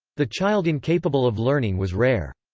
the child incapable of learning was rare.